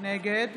נגד